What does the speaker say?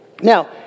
Now